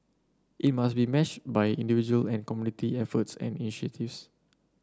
it must be matched by individual and community efforts and initiatives